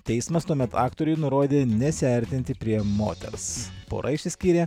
teismas tuomet aktoriui nurodė nesiartinti prie moters pora išsiskyrė